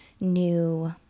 new